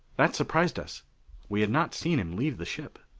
that surprised us we had not seen him leave the ship.